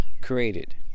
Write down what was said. created